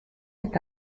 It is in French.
est